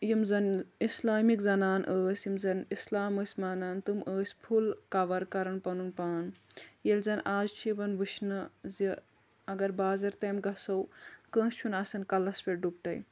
یِم زن اسلٲمِک زنانہٕ ٲسۍ یِم زن اسلام ٲسۍ مانان تِم ٲسۍ فُل کور کران پنُن پان ییٚلہِ زن آز چھِ یِوان وُچھنہٕ زِ اگر بازر تام گژھو کٲنٛسہِ چھُنہٕ آسان کلس پٮ۪ٹھ ڈُپٹے